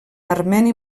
armeni